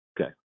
Okay